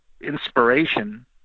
inspiration